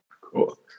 Cool